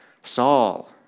Saul